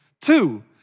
Two